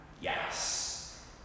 Yes